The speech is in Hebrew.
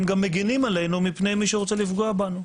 גם מגנים עלינו מפני מי שרוצה לפגוע בנו,